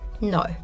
No